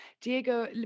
Diego